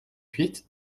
huit